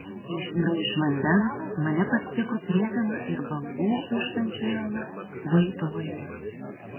kai išnirau iš vandens mane pasitiko prietema ir bangų dūžtančių į uolas vaitojimas